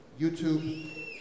YouTube